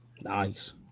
Nice